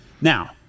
Now